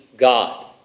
God